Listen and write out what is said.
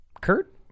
Kurt